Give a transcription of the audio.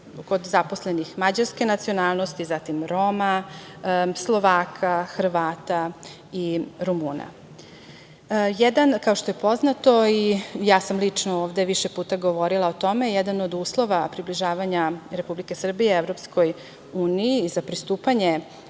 kod zaposlenih mađarske nacionalnosti, zatim Roma, Slovaka, Hrvata i Rumuna. Kao što je poznato, i ja sam lično ovde više puta govorila o tome, jedan od uslova približavanja Republike Srbije EU, za pristupanje